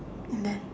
unless